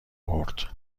برد